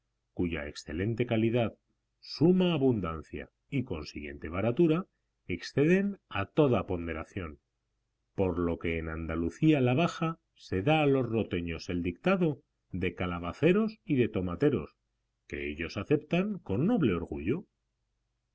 cuya excelente calidad suma abundancia y consiguiente baratura exceden a toda ponderación por lo que en andalucía la baja se da a los roteños el dictado de calabaceros y de tomateros que ellos aceptan con noble orgullo